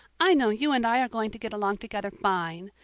i know you and i are going to get along together fine.